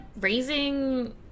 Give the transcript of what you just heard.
raising